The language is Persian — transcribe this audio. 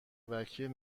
وکیل